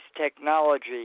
technology